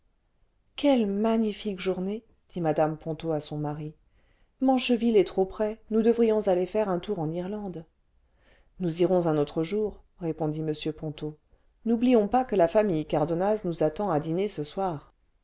quelle magnifique journée dit mmc ponto à son mari mancheville est trop près nous devrions aller faire nu tour eu irlande nous irons un autre jour répondit m ponto n'oublions pas que la famille cardonnaz nous attend à dîner ce soir